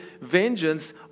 vengeance